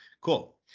cool